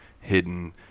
hidden